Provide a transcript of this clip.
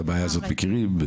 את הבעיה הזאת אנחנו מכירים.